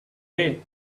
day